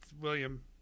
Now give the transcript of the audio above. William